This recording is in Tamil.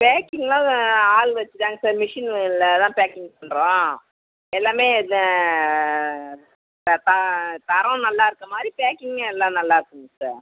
பேக்கிங்கெலாம் ஆள் வச்சு தாங்க சார் மிஷினில் தான் பேக்கிங் பண்ணுறோம் எல்லாமே இந்த தரம் நல்லா இருக்கற மாதிரி பேக்கிங்கும் எல்லாம் நல்லாயிருக்குங்க சார்